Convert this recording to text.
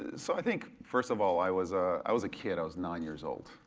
so i think, first of all, i was ah i was a kid, i was nine years old.